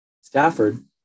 Stafford